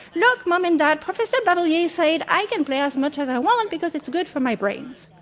look, mom and dad, professor bavelier said i can play as much as i want because it's good for my brains.